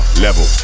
Level